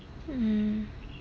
mm